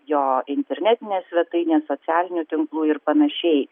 jo internetinės svetainės socialinių tinklų ir panašiai